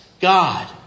God